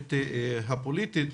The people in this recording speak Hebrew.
הקשת הפוליטית.